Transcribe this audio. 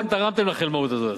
אתם תרמתם לחלמאות הזאת.